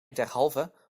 derhalve